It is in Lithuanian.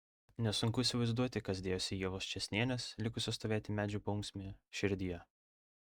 nesunku įsivaizduoti kas dėjosi ievos čėsnienės likusios stovėti medžių paunksmėje širdyje